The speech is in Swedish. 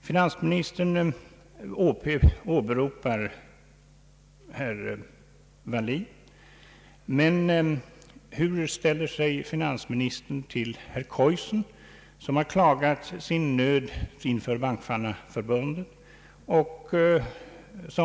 Finansministern åberopar herr Wallin, men hur ställer sig finansminstern till herr Keussen, som har klagat sin nöd inför Bankmannaförbundet?